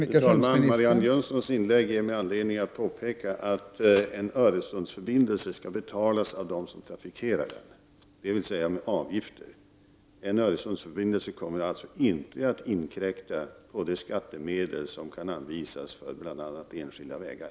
Fru talman! Marianne Jönssons inlägg ger mig anledning att påpeka att en Öresundsförbindelse skall betalas av dem som trafikerar den, dvs. genom avgifter. En Öresundsförbindelse kommer inte att inkräkta på skattemedel som kan anvisas för bl.a. enskilda vägar.